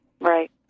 Right